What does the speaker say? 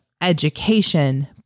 education